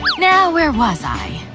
now where was i?